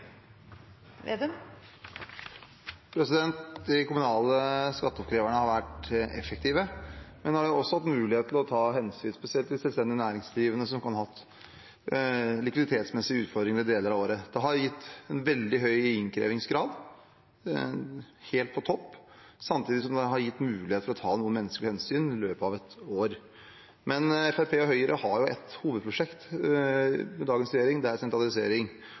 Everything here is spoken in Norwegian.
ta hensyn til spesielt selvstendige næringsdrivende som kan ha likviditetsmessige utfordringer deler av året. Det har gitt en veldig høy innkrevingsgrad, helt på topp, samtidig som de er gitt mulighet til å ta noen menneskelig hensyn i løpet av et år. Fremskrittspartiet og Høyre i dagens regjering har et hovedprosjekt, og det er sentralisering. Her skal man gå fra 227 til 56 skattekontor – klassisk sentralisering.